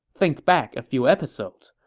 think back a few episodes.